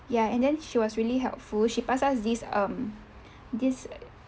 ya and then she was really helpful she pass us these um this